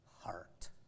heart